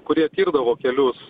kurie tirdavo kelius